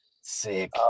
Sick